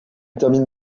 termine